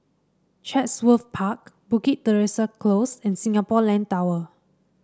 Chatsworth Park Bukit Teresa Close and Singapore Land Tower